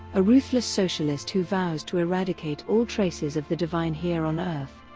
a ruthless socialist who vows to eradicate all traces of the divine here on earth.